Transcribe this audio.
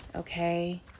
Okay